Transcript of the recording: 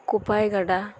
ᱠᱳᱯᱟᱭ ᱜᱟᱰᱟ